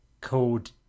called